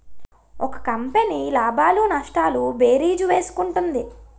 ఒక కంపెనీ లాభాలు నష్టాలు భేరీజు వేసుకుంటుంది